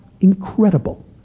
incredible